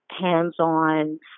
hands-on